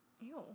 Ew